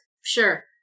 Sure